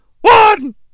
One